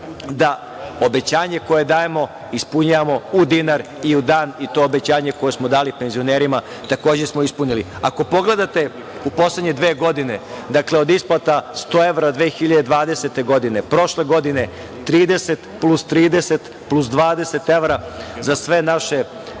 da obećanje koje dajemo ispunjavamo u dinar i u dan i to obećanje koje smo dali penzionerima takođe smo ispunili. Ako pogledate u poslednje dve godine, dakle, od isplata 100 evra, 2020. godine, prošle godine 30 plus 30, plus 20 evra za sve naše